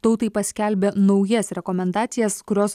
tautai paskelbė naujas rekomendacijas kurios